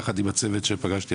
יחד עם הצוות שפגשתי,